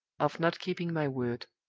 of not keeping my word.